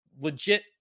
legit